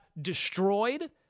destroyed